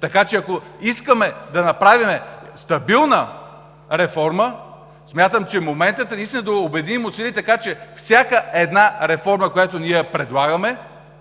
Така че, ако искаме да направим стабилна реформа, смятам, че моментът е наистина да обединим усилия и всяка една реформа, която ние предлагаме